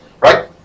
right